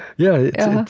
yeah,